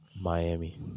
Miami